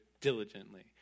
diligently